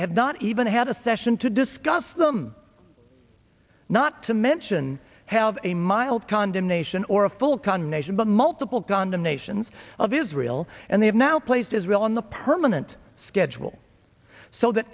not even had a session to discuss them not to mention have a mild condemnation or a full condemnation but multiple gonda nations of israel and they have now placed israel on the permanent schedule so that